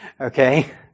Okay